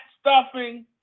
stuffing